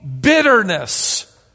bitterness